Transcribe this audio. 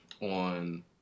on